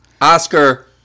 Oscar